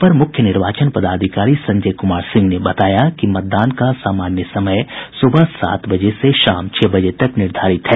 अपर मुख्य निर्वाचन पदाधिकारी संजय कुमार सिंह ने बताया कि मतदान का सामान्य समय सुबह सात बजे से शाम छह बजे तक निर्धारित है